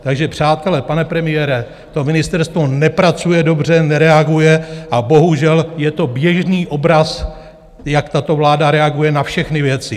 Takže přátelé, pane premiére, to ministerstvo nepracuje dobře, nereaguje a bohužel je to běžný obraz, jak tato vláda reaguje na všechny věci.